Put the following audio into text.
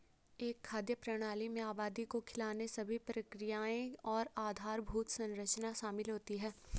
एक खाद्य प्रणाली में आबादी को खिलाने सभी प्रक्रियाएं और आधारभूत संरचना शामिल होती है